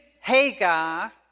Hagar